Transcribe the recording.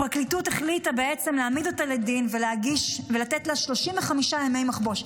הפרקליטות החליטה להעמיד אותה לדין ולתת לה 35 ימי מחבוש.